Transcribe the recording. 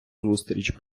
зустріч